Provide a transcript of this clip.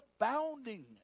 abounding